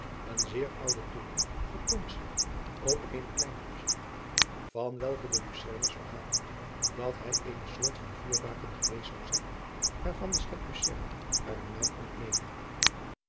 een zeer oude toren vertoont zich op eenen kleinen afstand van welken de lucerners verhalen dat hij eene soort van vuurbaken geweest zou zijn waarvan de stad lucerne haren naam ontleende